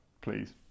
please